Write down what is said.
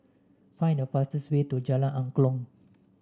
find the fastest way to Jalan Angklong